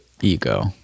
ego